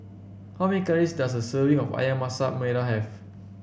how many calories does a serving of ayam Masak Merah have